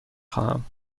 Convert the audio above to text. خواهم